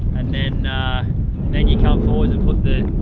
then then you come forwards and put the